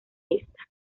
esta